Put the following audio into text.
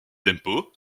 tempo